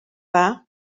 dda